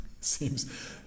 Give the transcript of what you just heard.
seems